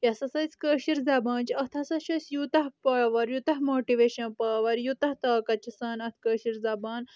یُس یسا أسۍ کٲشِر زبان چھ اتھ ہسا چھ اسہِ یوٗتاہ پاوَر یوٗتاہ ماٹویشن پاوَر یوٗتاہ طاقت چھِ سانہِ اتھ کٲشِر زبان